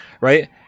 right